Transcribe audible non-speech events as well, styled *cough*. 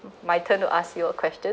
*noise* my turn to ask you a question